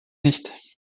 nicht